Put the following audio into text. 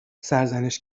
سرزنش